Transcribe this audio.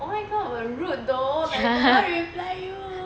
oh my god 很 rude though like people reply you